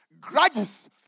Grudges